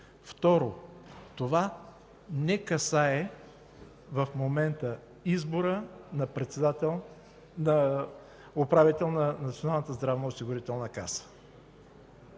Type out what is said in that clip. второ, това не касае в момента избора на управител на Националната здравноосигурителна каса.